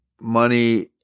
money